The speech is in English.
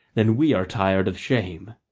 than we are tired of shame.